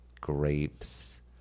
grapes